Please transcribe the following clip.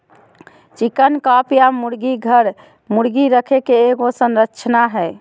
chicken coop या मुर्गी घर, मुर्गी रखे के एगो संरचना हइ